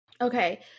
okay